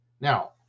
now